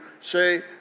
say